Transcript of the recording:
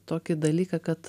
tokį dalyką kad